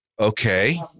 Okay